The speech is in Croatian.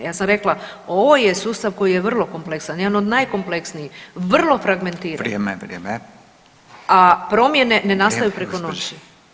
Ja sam rekla ovo je sustav koji je vrlo kompleksan, jedan od najkompleksnijih, vrlo fragmentiran [[Upadica Radin: Vrijeme, vrijeme.]] a promjene ne nastaju preko noći.